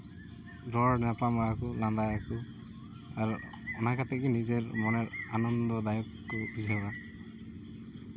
ᱨᱚᱲ ᱧᱟᱯᱟᱢᱟ ᱞᱟᱸᱫᱟᱭᱟᱠᱚ ᱟᱨ ᱚᱱᱟ ᱠᱟᱛᱮᱫ ᱜᱮ ᱱᱤᱡᱮᱨ ᱢᱚᱱᱮᱨ ᱟᱱᱚᱱᱫᱚ ᱫᱟᱭᱚᱠ ᱠᱚ ᱵᱩᱡᱷᱟᱹᱣᱟ